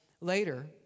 later